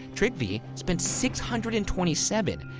tryggvi spent six hundred and twenty seven.